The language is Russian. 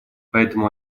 поэтому